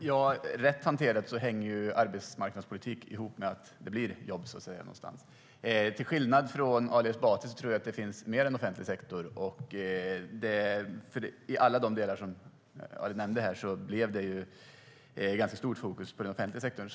Herr talman! Rätt hanterad hänger arbetsmarknadspolitik ihop med att det blir jobb någonstans. Till skillnad från Ali Esbati tror jag att det finns mer än den offentliga sektorn. I alla de delar som Ali nämnde blev det ganska stort fokus på den offentliga sektorn.